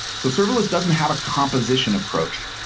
so serverless doesn't have a composition approach,